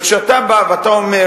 כשאתה בא ואתה אומר: